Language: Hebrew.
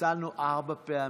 צלצלנו ארבע פעמים.